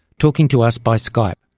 talking to us by skype.